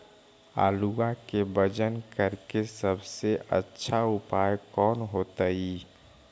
आलुआ के वजन करेके सबसे अच्छा उपाय कौन होतई?